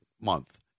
month